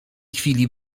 chwili